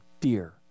dear